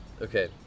Okay